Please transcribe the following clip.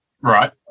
Right